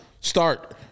start